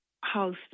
house